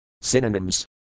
Synonyms